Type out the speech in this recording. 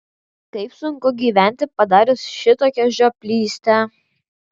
kaip sunku gyventi padarius šitokią žioplystę